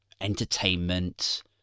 entertainment